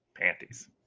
Panties